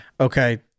okay